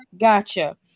Gotcha